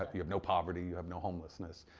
um you have no poverty, you have no homelessness.